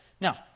Now